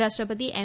ઉપરાષ્ટ્રપતિ એમ